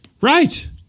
Right